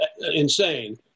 insane